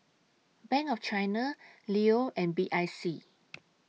Bank of China Leo and B I C